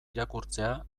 irakurtzea